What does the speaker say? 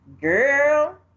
Girl